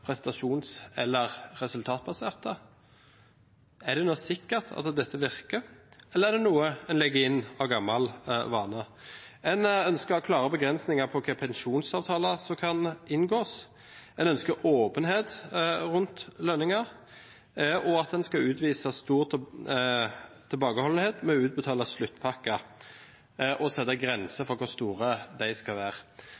prestasjons- eller resultatbaserte. Er det nå sikkert at dette virker, eller er det noe en legger inn av gammel vane? En ønsker å ha klare begrensninger på hvilke pensjonsavtaler som kan inngås, en ønsker åpenhet rundt lønninger og at en skal utvise stor tilbakeholdenhet med å utbetale sluttpakker og sette grenser for hvor store de skal være.